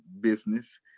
business